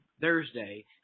Thursday